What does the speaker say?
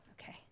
Okay